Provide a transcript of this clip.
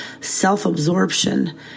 self-absorption